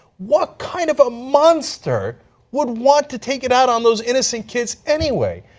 what kind of a monster would want to take it out on those innocent kids anyway?